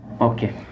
Okay